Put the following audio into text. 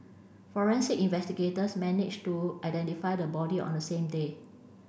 forensic investigators managed to identify the body on the same day